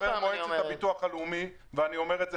אני חבר במועצת הביטוח הלאומי ואני אומר את זה